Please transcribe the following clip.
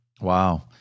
Wow